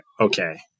okay